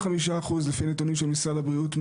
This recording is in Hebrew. לפי הנתונים של משרד הבריאות,